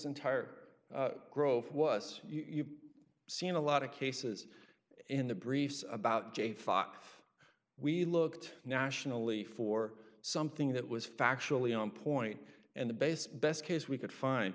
entire growth was you've seen a lot of cases in the briefs about j fox we looked nationally for something that was factually on point and the base best case we could find